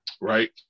right